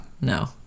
No